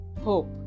hope